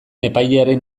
epailearen